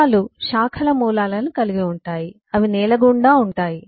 మూలాలు శాఖల మూలాలను కలిగి ఉంటాయి అవి నేల గుండా ఉంటాయి